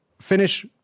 finish